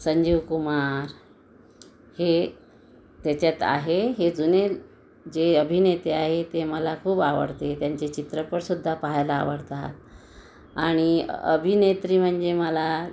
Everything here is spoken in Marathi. संजीव कुमार हे त्याच्यात आहे हे जुने जे अभिनेते आहे ते मला खूप आवडते त्यांचे चित्रपटसुद्धा पहायला आवडतात आणि अभिनेत्री म्हणजे मला